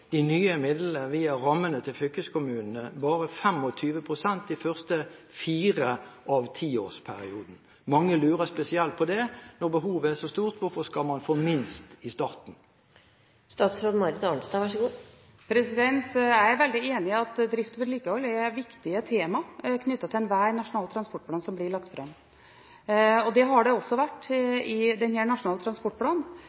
de nye midlene via rammene til fylkeskommunene bare 25 pst. de første fire årene av tiårsperioden? Mange lurer spesielt på hvorfor man – når behovet er så stort – skal få minst i starten. Jeg er veldig enig i at drift og vedlikehold er viktige tema knyttet til enhver Nasjonal transportplan som blir lagt fram. Det har det også vært